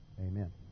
Amen